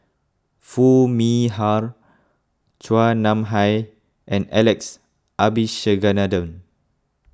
Foo Mee Har Chua Nam Hai and Alex Abisheganaden